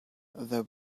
though